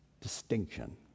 distinction